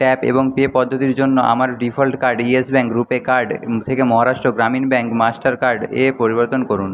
tap এবং pay পদ্ধতির জন্য আমার default card Yes Bank RuPay card থেকে মহারাষ্ট্র গ্রামীণ ব্যাঙ্ক মাস্টার কার্ডে পরিবর্তন করুন